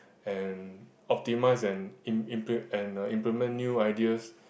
and optimise and im~ imple~ and implement new ideas